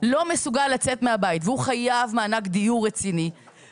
לא מסוגל לצאת מהבית והוא חייב מענק דיור רציני,